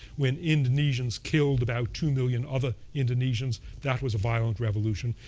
when indonesians killed about two million other indonesians. that was a violent revolution.